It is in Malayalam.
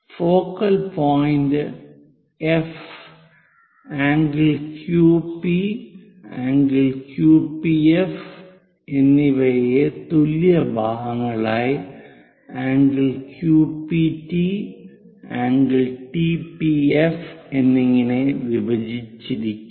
focal point F ∠QP ∠QPF എന്നിവയെ തുല്യ ഭാഗങ്ങളായ ∠Q P T ∠T P F എന്നിങ്ങനെ വിഭജിച്ചിരിക്കുന്നു